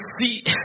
see